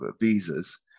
visas